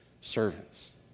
servants